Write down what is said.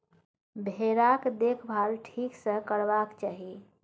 भेराक देखभाल ठीक सँ करबाक चाही